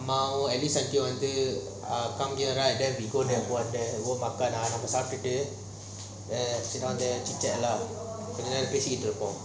now any second வந்து:vantu at least I do until then I sit down there check lah சாப்டுட்டு:saptutu chit chat lah கொஞ்ச நேரமா பேசிட்டு இருப்போம்:konja nerama peasitu irupom